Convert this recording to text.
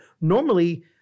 normally